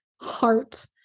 heart